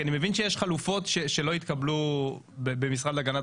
כי אני מבין שיש חלופות שלא התקבלו במשרד להגנת